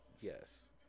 Yes